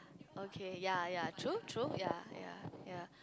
okay ya ya true true ya ya ya